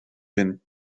been